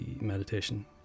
meditation